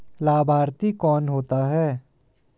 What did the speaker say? लाभार्थी कौन होता है?